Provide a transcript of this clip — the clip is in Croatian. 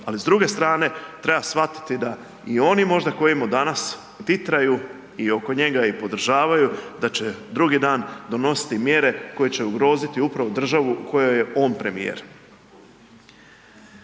Ali s druge strane, treba shvatiti da i oni možda koji mu danas titraju i oko njega i podržavaju da će drugi dan donositi mjere koje će ugroziti upravo državu u kojoj je on premijer.